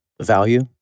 value